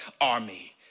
army